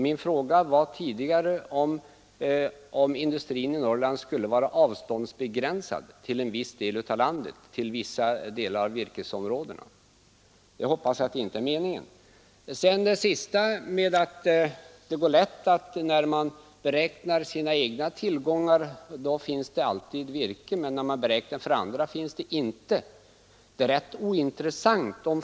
Min fråga var tidigare om industrin i Norrland skulle vara avståndsbegränsad till en viss del av landet, till vissa delar av virkesområdena. Jag hoppas att det inte är meningen. Det sista statsrådet sade var att när man beräknar sina egna tillgångar finns det alltid virke men när man beräknar för andra finns det inget.